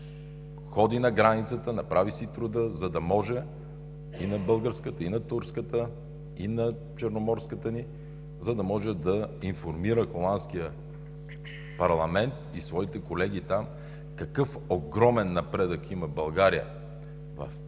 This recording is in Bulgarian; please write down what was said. Холандия, направи си труда, ходи на границата – и на българската, и на турската, и на черноморската ни, за да може да информира холандския парламент и своите колеги там какъв огромен напредък има България в тази